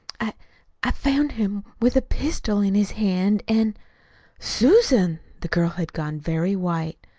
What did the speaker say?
i i found him with a pistol in his hand, an' susan! the girl had gone very white.